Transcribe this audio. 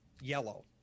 yellow